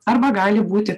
arba gali būti